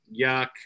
yuck